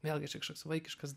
vėlgi čia kažkoks vaikiškas